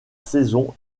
saison